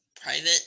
private